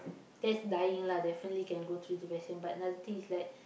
that's dying lah definitely can go through depression but another thing is like